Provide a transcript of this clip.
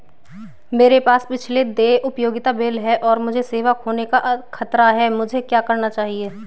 मेरे पास पिछले देय उपयोगिता बिल हैं और मुझे सेवा खोने का खतरा है मुझे क्या करना चाहिए?